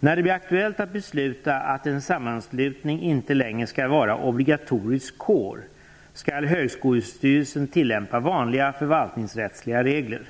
När det blir aktuellt att besluta att en sammanslutning inte längre skall vara obligatorisk kår, skall högskolestyrelsen tillämpa vanliga förvaltningsrättsliga regler.